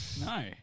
No